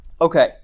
Okay